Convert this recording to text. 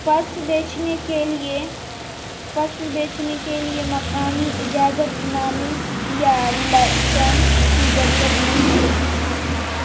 فصل بیچنے کے لیے فصل بیچنے کے لیے مقامی اجازت نامے یا لائسنس کی ضرورت نہیں ہوتی